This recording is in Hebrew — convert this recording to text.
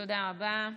תודה רבה.